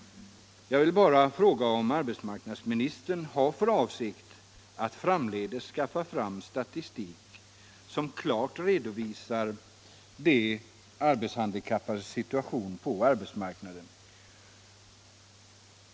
Jag vill bara fråga om arbetsmarknadsministern har för avsikt att framdeles skaffa fram statistik som klart redovisar de arbetshandikappades situation på arbetsmarknaden.